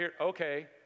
Okay